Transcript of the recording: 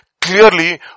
Clearly